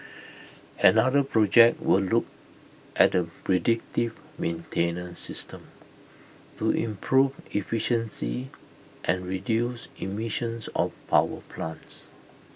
another project will look at A predictive maintenance system to improve efficiency and reduce emissions of power plants